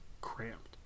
cramped